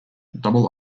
double